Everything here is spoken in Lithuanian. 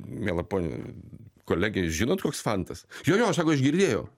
miela ponia kolege jūs žinot koks fantas jo jo sako aš girdėjau